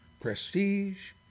prestige